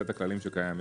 סט הכללים שקיים,